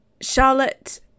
Charlotte